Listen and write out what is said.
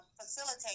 facilitate